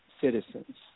citizens